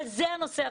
אבל זה הנושא החשוב.